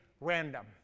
random